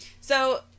So-